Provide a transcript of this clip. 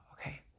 Okay